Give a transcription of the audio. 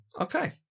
Okay